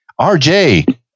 rj